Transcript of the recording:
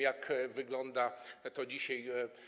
Jak wygląda to dzisiaj?